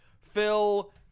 Phil